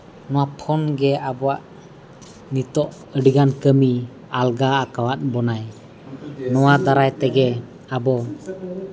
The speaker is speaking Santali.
ᱱᱚᱣᱟ ᱯᱷᱳᱱ ᱜᱮ ᱟᱵᱚᱣᱟᱜ ᱱᱤᱛᱳᱜ ᱟᱹᱰᱤᱜᱟᱱ ᱠᱟᱹᱢᱤ ᱟᱞᱜᱟ ᱟᱠᱟᱣᱟᱫ ᱵᱚᱱᱟᱭ ᱱᱚᱣᱟ ᱫᱟᱨᱟᱭ ᱛᱮᱜᱮ ᱟᱵᱚ